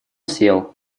сел